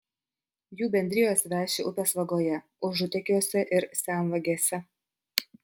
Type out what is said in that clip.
jų bendrijos veši upės vagoje užutekiuose ir senvagėse